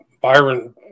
Byron